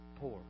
poor